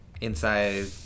inside